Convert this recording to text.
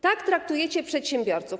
Tak traktujecie przedsiębiorców.